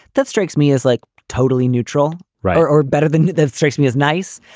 that strikes me as like totally neutral. right? or or better than that. it strikes me as nice.